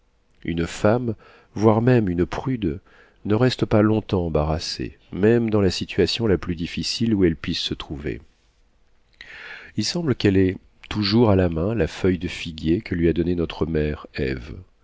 une femme voire même une prude ne reste pas long-temps embarrassée même dans la situation la plus difficile où elle puisse se trouver il semble qu'elle ait toujours à la main la feuille de figuier que lui a donnée notre mère